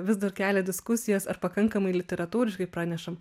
vis dar kelia diskusijas ar pakankamai literatūriškai pranešam